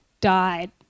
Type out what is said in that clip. died